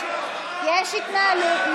יש התנהלות.